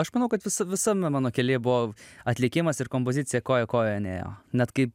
aš manau kad visa visame mano kelyje buvo atlikimas ir kompozicija koja kojon ėjo net kai